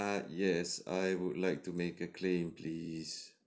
ah yes I would like to make a claim please